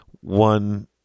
one